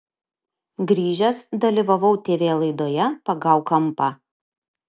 grįžęs dalyvavau tv laidoje pagauk kampą